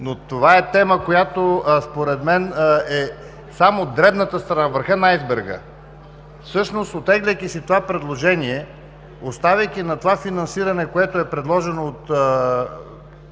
Но това е тема, която според мен е само дребната страна, върхът на айсберга. Всъщност, оттегляйки това предложение и оставайки на това финансиране, което е предложено от